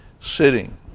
sitting